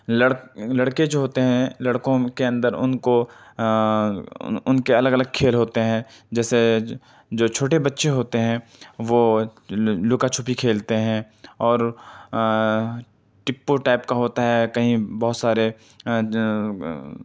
لڑ لڑکے جو ہوتے ہیں لڑکوں کے اندر ان کو ان کے الگ الگ کھیل ہوتے ہیں جیسے جو چھوٹے بچے ہوتے ہیں وہ لکا چھپی کھیلتے ہیں اور ٹپو ٹائپ کا ہوتا ہے کہیں بہت سارے